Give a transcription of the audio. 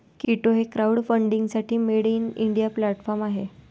कीटो हे क्राउडफंडिंगसाठी made in India platform आहे